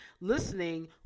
listening